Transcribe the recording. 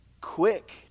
Quick